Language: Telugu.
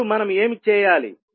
ఇప్పుడు మనం ఏమి చేయాలి